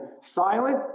silent